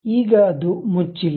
ಈಗ ಅದು ಮುಚ್ಚಿಲ್ಲ